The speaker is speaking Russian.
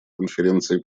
конференции